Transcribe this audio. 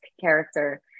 character